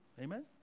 Amen